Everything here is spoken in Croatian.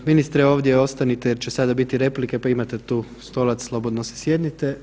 Ministre ovdje ostanite jer će sada biti replike pa imate tu stolac, slobodno se sjednite.